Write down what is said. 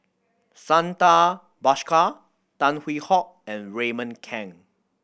Santha Bhaskar Tan Hwee Hock and Raymond Kang